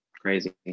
Crazy